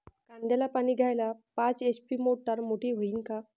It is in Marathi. कांद्याले पानी द्याले पाच एच.पी ची मोटार मोटी व्हईन का?